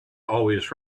always